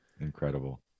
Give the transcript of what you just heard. Incredible